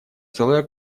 целая